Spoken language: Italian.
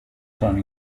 sono